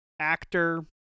actor